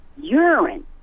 urine